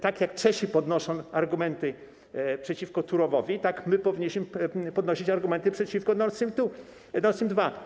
Tak jak Czesi podnoszą argumenty przeciwko Turowowi, tak my powinniśmy podnosić argumenty przeciwko Nord Stream 2.